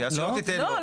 לא לא.